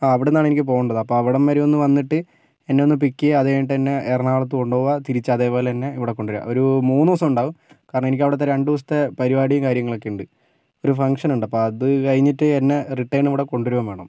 ആ അവിടുന്നാണ് എനിക്ക് പോകേണ്ടത് അപ്പോൾ അവിടം വരെ ഒന്ന് വന്നിട്ട് എന്നെ ഒന്ന് പിക്ക് ചെയ്യുക അത് കഴിഞ്ഞിട്ട് എന്നെ എറണാകുളത്ത് കൊണ്ട് പോകുക തിരിച്ച് അതേപോലെ തന്നെ ഇവിടെ കൊണ്ടുവരിക ഒരു മൂന്ന് ദിവസം ഉണ്ടാകും കാരണം എനിക്ക് അവിടുത്തെ രണ്ട് ദിവസത്തെ പരിപാടിയും കാര്യങ്ങളുമൊക്കെ ഉണ്ട് ഒരു ഫങ്ങ്ഷൻ ഉണ്ട് അപ്പം അത് കഴിഞ്ഞിട്ട് എന്നെ റിട്ടേൺ ഇവിടെ കൊണ്ടുവരികയും വേണം